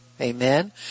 Amen